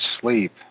sleep